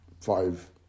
five